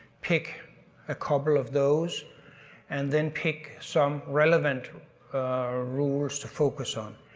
pick a couple of those and then pick some relevant rules to focus on.